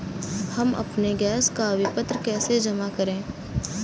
हम अपने गैस का विपत्र कैसे जमा करें?